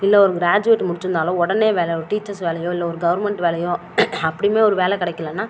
இல்லை ஒரு க்ராஜ்வேட் முடிச்சிருந்தாலோ உடனே ஒரு வேலை டீச்சர்ஸ் வேலையோ இல்லை கவர்ன்மெண்ட் வேலையோ அப்படியுமே ஒரு வேலை கிடைக்கலனா